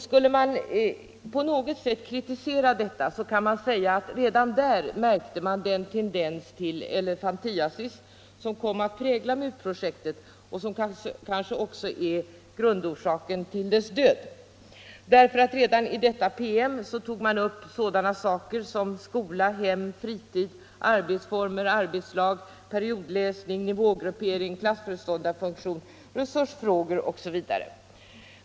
Skulle man på något sätt kritisera detta, kan man säga att redan där märktes den tendens till elefantiasis som kom att prägla MUT-projektet och som kanske också är grundorsaken till dess död. Redan i denna promemoria togs upp sådana frågor som skola, hem, fritid, arbetsformer och arbetslag, periodläsning, nivågruppering, klassföreståndarfunktion, resursfrågor osv.